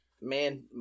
man